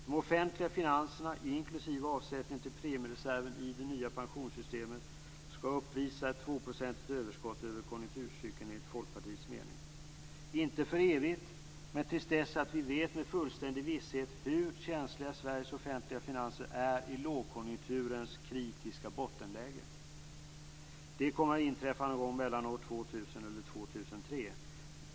De offentliga finanserna, inklusive avsättningen till premiereserven i det nya pensionssystemet, skall, enligt Folkpartiets mening, uppvisa ett tvåprocentigt överskott över konjunkturcykeln, inte för evigt men tills vi med fullständig visshet vet hur känsliga Sveriges offentliga finanser är i lågkonjunkturens kritiska bottenläge. Det kommer att inträffa någon gång mellan år 2000 och 2003.